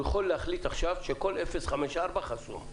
הוא יכול להחליט עכשיו שכל 054 חסום.